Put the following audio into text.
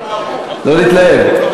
לא להתלהב.